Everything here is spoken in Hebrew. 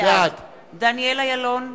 בעד דניאל אילון,